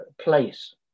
place